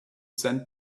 sand